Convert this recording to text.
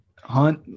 Hunt